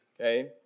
okay